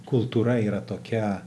kultūra yra tokia